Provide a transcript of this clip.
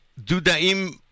Dudaim